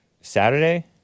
Saturday